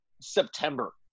September